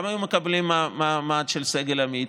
גם היו מקבלים מעמד של סגל עמית,